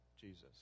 Jesus